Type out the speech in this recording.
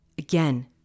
Again